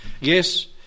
yes